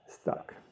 stuck